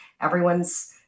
everyone's